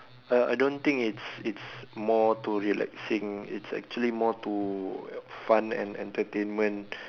uh I don't think it's it's more to relaxing it's actually more to fun and entertainment